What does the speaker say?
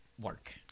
work